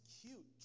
cute